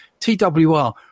TWR